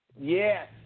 Yes